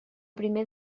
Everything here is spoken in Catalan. primer